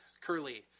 Curly